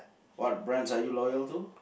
what brands are you loyal to